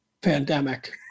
pandemic